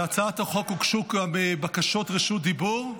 להצעת החוק הוגשו בקשות רשות דיבור.